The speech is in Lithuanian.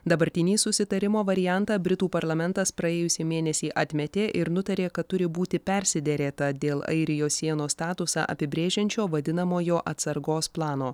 dabartinį susitarimo variantą britų parlamentas praėjusį mėnesį atmetė ir nutarė kad turi būti persiderėta dėl airijos sienos statusą apibrėžiančio vadinamojo atsargos plano